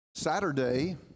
Saturday